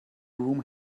room